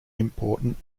important